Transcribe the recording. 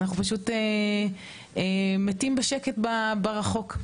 אנחנו פשוט מתים בשקט ברחוק,